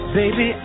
baby